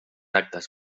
actes